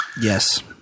Yes